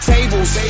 Tables